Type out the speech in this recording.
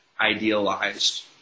idealized